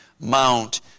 Mount